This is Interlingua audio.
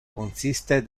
consiste